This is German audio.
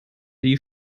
die